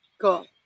Cool